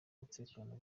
umutekano